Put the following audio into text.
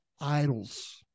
idols